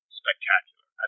spectacular